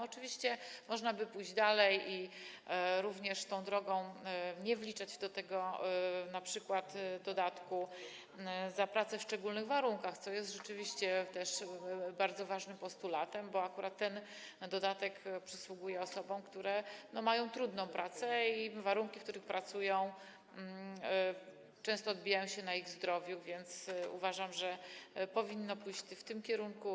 Oczywiście można by pójść dalej i również tą drogą nie wliczać do tego np. dodatku za pracę w szczególnych warunkach, co rzeczywiście jest też bardzo ważnym postulatem, bo akurat ten dodatek przysługuje osobom, które mają trudną pracę, i warunki, w których pracują, często odbijają się na ich zdrowiu, więc uważam, że powinno to pójść w tym kierunku.